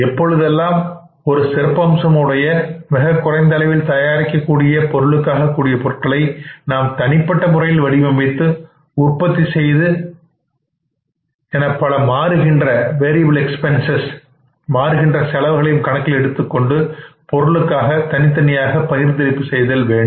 எப்பொழுதெல்லாம் ஒரு சிறப்பு அம்சங்கள் உடைய மிகக் குறைந்த அளவில் தயாரிக்கக்கூடிய பொருளுக்காக கூடிய பொருட்களை நாம் தனிப்பட்ட முறையில் வடிவமைத்து உற்பத்தி செய்து என பல மாறுகின்ற செலவுகளையும் கணக்கில் எடுத்துக்கொண்டு பொருளுக்காக தனித்தனியாக பகிர்ந்தளிப்பு செய்தல் வேண்டும்